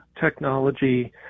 technology